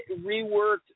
reworked